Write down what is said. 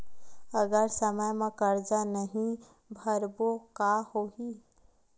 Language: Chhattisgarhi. अगर समय मा कर्जा नहीं भरबों का होई?